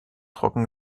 trocken